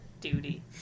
Duty